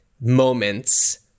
moments